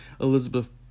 Elizabeth